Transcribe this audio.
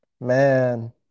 Man